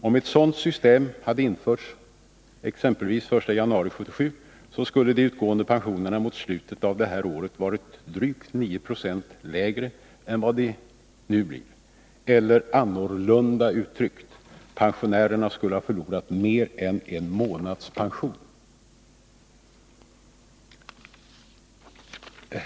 Om ett sådant system hade införts exempelvis den 1 januari 1977, skulle de utgående pensionerna mot slutet av det här året ha varit drygt 9 90 lägre än vad de nu blir. Eller annorlunda uttryckt: Pensionärerna skulle ha förlorat mer än en månads pension.